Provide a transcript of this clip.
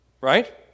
right